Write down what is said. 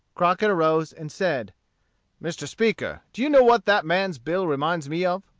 crockett arose and said mr. speaker do you know what that man's bill reminds me of?